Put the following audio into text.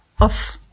off-